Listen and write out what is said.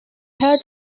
had